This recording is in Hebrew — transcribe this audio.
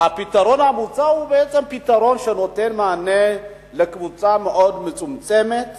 שהפתרון המוצע הוא בעצם פתרון שנותן מענה לקבוצה מאוד מצומצמת